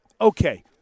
Okay